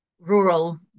rural